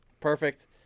perfect